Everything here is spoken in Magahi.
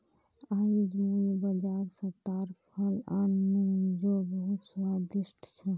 आईज मुई बाजार स ताड़ फल आन नु जो बहुत स्वादिष्ट छ